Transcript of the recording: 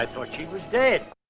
i thought she was dead!